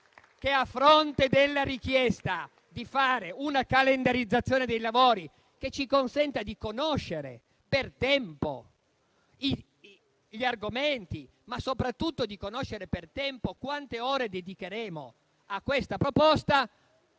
Che, a fronte della richiesta di fare una calendarizzazione dei lavori che ci consentisse di conoscere per tempo gli argomenti, ma soprattutto di conoscere per tempo quante ore dedicheremo a questa proposta,